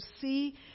see